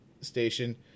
station